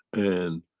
and.